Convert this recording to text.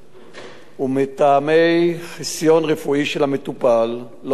ומטעמי חיסיון רפואי של המטופל אין אפשרות לפרט